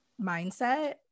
mindset